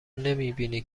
نمیبینی